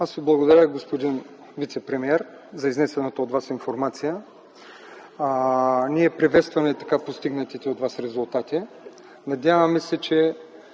Аз Ви благодаря, господин вицепремиер, за изнесената от Вас информация. Ние приветстваме така постигнатите от вас резултати. Надяваме се, че